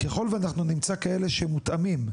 ככל ואנחנו נמצא כאלה שמותאמים,